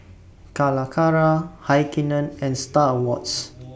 Calacara Heinekein and STAR Awards